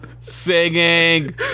singing